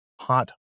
hot